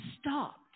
stopped